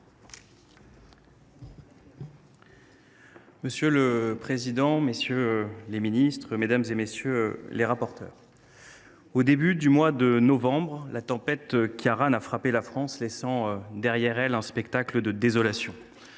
Monsieur le président, messieurs les ministres, mes chers collègues, au début du mois de novembre, la tempête Ciaran a frappé la France, laissant derrière elle un spectacle de désolation.